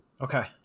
Okay